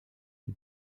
die